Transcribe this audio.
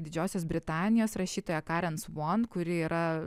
didžiosios britanijos rašytoja karen svon kuri yra